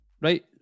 Right